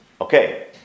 Okay